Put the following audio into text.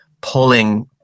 pulling